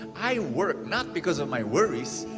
i work not because of my worries.